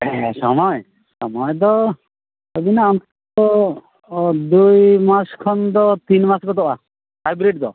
ᱦᱮᱸ ᱥᱚᱢᱚᱭ ᱥᱚᱢᱚᱭ ᱫᱚ ᱟᱹᱞᱤᱧᱟᱜ ᱚᱱᱠᱟ ᱫᱩᱭ ᱢᱟᱥ ᱠᱷᱚᱱ ᱫᱚ ᱛᱤᱱ ᱢᱟᱥ ᱜᱚᱫᱚᱜᱼᱟ ᱦᱟᱭᱵᱨᱤᱰ ᱫᱚ